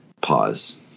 pause